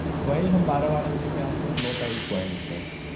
वही हम बारह वाराह बजे के आसपास नौ तारीख़ को आएँगे चाचा